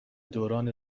دوران